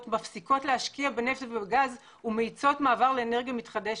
מפסיקות להשקיע בנפט ובגז ומאיצות מעבר לאנרגיה מתחדשת.